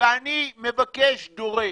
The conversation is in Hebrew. ואני מבקש, דורש,